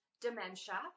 dementia